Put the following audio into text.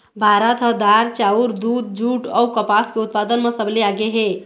भारत ह दार, चाउर, दूद, जूट अऊ कपास के उत्पादन म सबले आगे हे